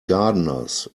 gardeners